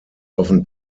often